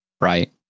right